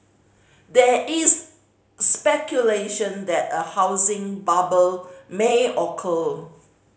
there is speculation that a housing bubble may occur